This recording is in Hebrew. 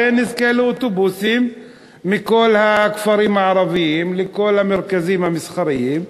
ונזכה לאוטובוסים מכל הכפרים הערביים לכל המרכזים המסחריים?